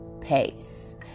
pace